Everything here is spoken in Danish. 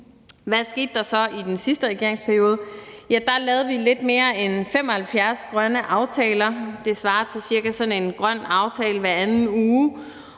Hvad skete der så i den sidste regeringsperiode? Ja, der lavede vi lidt mere end 75 grønne aftaler – det svarer cirka til sådan en grøn aftale hver anden uge